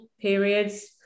periods